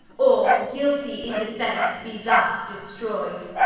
or guiltie in defence, be thus destroy'd.